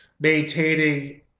maintaining